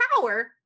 power